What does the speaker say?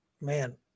Man